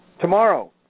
Tomorrow